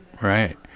right